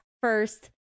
first